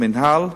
המינהל,